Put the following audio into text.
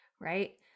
right